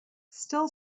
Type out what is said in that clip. still